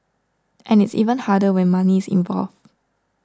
and it's even harder when money is involved